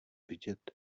vidět